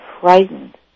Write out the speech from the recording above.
frightened